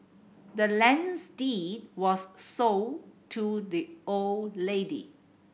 the land's deed was sold to the old lady